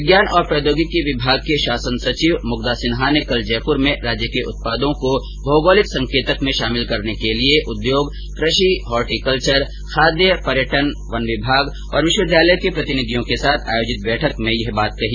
विज्ञान और प्रौद्योगिकी विभाग की शासन सचिव मुग्धा सिन्हा ने कल जयपूर में राज्य के उत्पादों को भौगोलिक संकेतक में शामिल करने के लिए उद्योग कषि हार्टीकल्वर खाद्य पर्यटन वन विभाग और विश्वविद्यालयों के प्रतिनिधियों के साथ आर्याजित बैठक में यह बात कही